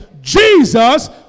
Jesus